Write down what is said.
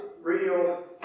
Real